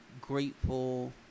grateful